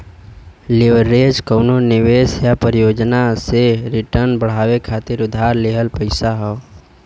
leverage कउनो निवेश या परियोजना से रिटर्न बढ़ावे खातिर उधार लिहल पइसा हौ